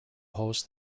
hosts